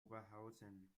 oberhausen